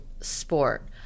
sport